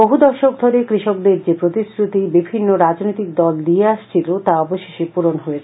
বহু দশক ধরে কৃষকদের যে প্রতিশ্রুতি বিভিন্ন রাজনৈতিক দল দিয়ে আসছিল তা অবশেষে পূরণ হয়েছে